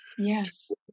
Yes